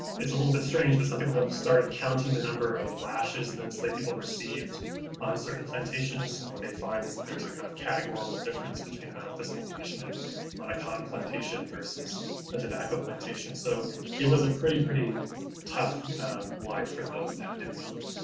it's a little bit strange. but some people have started counting the number of lashes the enslaved people received on certain plantations. and what they find is that there's a kind of categorical difference between amount of physical punishment on a cotton plantation versus a tobacco plantation. so it was a pretty, pretty tough life for those to endure it.